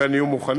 אכן יהיו מוכנים,